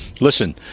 listen